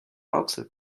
rauxel